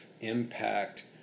impact